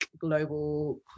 global